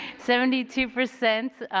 seventy two percent